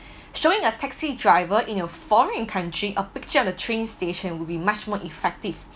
showing a taxi driver in a foreign country a picture of the train station will be much more effective